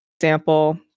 example